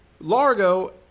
Largo